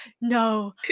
no